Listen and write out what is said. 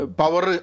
power